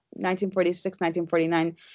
1946-1949